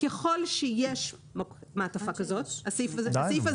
ככל שיש מעטפה כזאת, הסעיף הזה